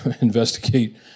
investigate